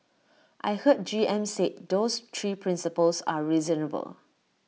I heard G M said those three principles are reasonable